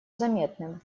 заметным